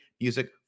music –